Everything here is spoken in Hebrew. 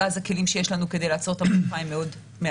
אבל הכלים שיש לנו כדי לעצור את המגיפה הם מעטים.